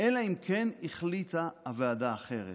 אלא אם כן החליטה הוועדה אחרת,